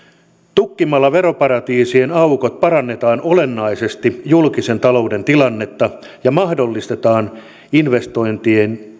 tukkimalla veroparatiisien aukot parannetaan olennaisesti julkisen talouden tilannetta ja mahdollistetaan investointien